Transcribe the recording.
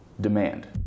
Demand